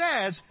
says